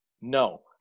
No